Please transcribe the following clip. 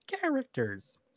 characters